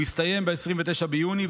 הוא יסתיים ב-29 ביוני.